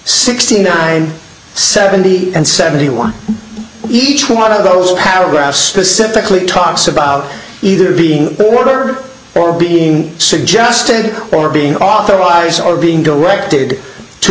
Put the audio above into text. sixty nine seventy and seventy one each one of those paragraphs specifically talks about either being border or being suggested or being authorized or being directed to